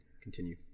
Continue